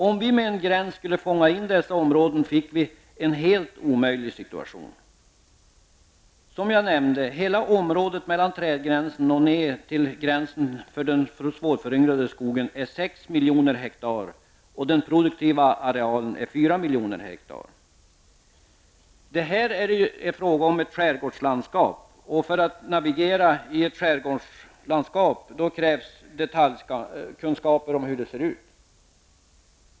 Om vi med en gräns skulle fånga in dessa områden fick vi en helt omöjlig situation. Som jag nämnde är hela området mellan trädgränsen och gränsen för den svårföryngrade skogen 6 miljoner ha. Den produktiva arealen är 4 miljoner ha. Det är här fråga om ett skärgårdslandskap. För att navigera i ett skärgårdslandskap krävs detaljkunskap om hur det ser ut.